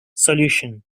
solution